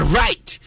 right